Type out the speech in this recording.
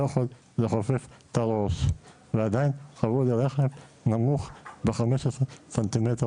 יכול לכופף את הראש ועדיין קבעו לי רכב נמוך ב-15 סנטימטר